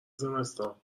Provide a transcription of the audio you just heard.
زمستان